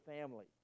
family